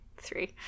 three